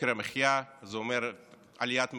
יוקר המחיה, זה אומר עליית מחירים,